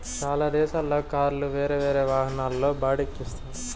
చాలా దేశాల్లో కార్లు వేరే వాహనాల్లో బాడిక్కి ఇత్తారు